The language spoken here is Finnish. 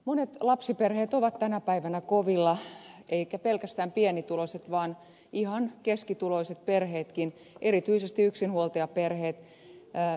monet lapsiperheet ovat tänä päivänä kovilla eivätkä pelkästään pienituloiset vaan ihan keskituloiset perheetkin erityisesti yksinhuoltajaperheet